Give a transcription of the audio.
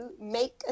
make